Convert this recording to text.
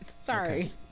Sorry